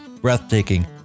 breathtaking